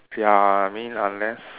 ya I mean unless